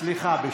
סליחה.